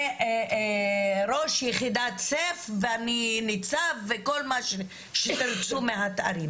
ראש יחידת סיף, ניצב, וכל התארים.